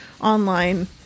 online